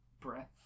breath